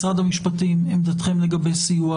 משרד המשפטים, עמדתכם לגבי סיוע